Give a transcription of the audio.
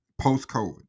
post-COVID